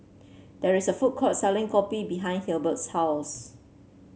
there is a food court selling kopi behind Hilbert's house